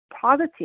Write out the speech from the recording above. positive